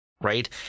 right